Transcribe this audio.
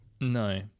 No